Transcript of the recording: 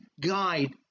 guide